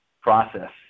process